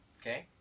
Okay